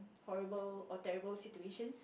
horrible or terrible situations